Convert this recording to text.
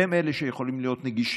הם אלה שיכולים להיות נגישים,